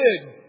big